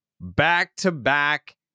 Back-to-back